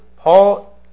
Paul